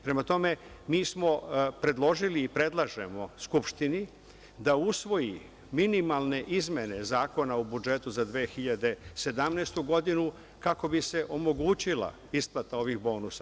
Prema tome, mi smo predložili i predlažemo Skupštini da usvoji minimalne izmene Zakona o budžetu za 2017. godinu, kako bi se omogućila isplata ovih bonusa.